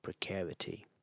precarity